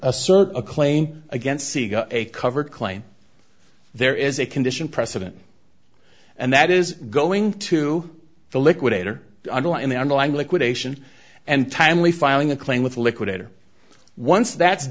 assert a claim against a covered claim there is a condition precedent and that is going to the liquidator in the underlying liquidation and timely filing a claim with liquidator once that's